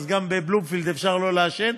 אז גם בבלומפילד אפשר לא לעשן,